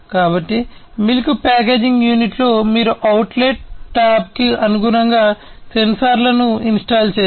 కాబట్టి milk packaging యూనిట్లో మీరు అవుట్లెట్ టాబ్కు అనుగుణంగా సెన్సార్లను ఇన్స్టాల్ చేయాలి